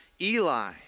Eli